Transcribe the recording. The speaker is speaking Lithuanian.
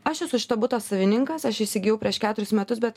aš esu šito buto savininkas aš įsigijau prieš keturis metus bet